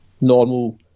normal